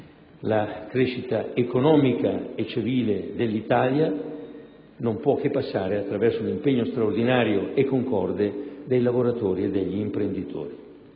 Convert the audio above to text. La crescita economica e civile dell'Italia non può che passare attraverso l'impegno straordinario e concorde dei lavoratori e degli imprenditori.